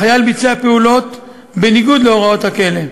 החייל ביצע פעולות בניגוד להוראות הכלא.